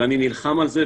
ואני נלחם על זה.